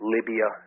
Libya